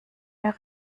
mehr